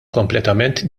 kompletament